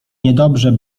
niedobrze